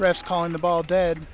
press calling the ball dead